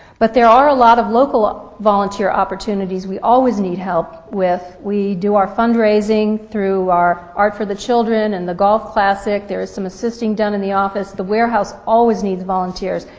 but there are a lot of local volunteer opportunities we always need help with. we do our fundraising through our art for the children and the golf classic. there's some assisting done in the office. the warehouse always needs volunteers.